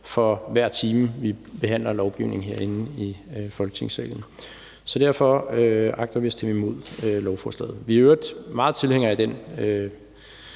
for hver time vi behandler lovgivningen herinde i Folketingssalen. Så derfor agter vi at stemme imod lovforslaget. Vi er i øvrigt meget tilhængere af den